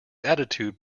attitude